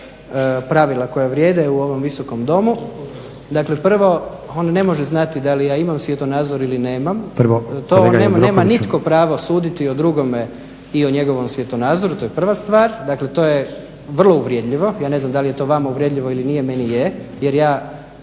pravila koje vrijede u ovom Visokom domu. Dakle prvo on ne može znati da li ja imam svjetonazor ili nemam, to nema nitko pravo suditi o drugome i o njegovom svjetonazoru to je prva stvar, dakle to je vrlo uvredljivo. Ja ne znam dali je to vama uvredljivo ili nije, meni je jer ja